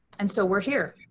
and so we're here,